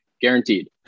guaranteed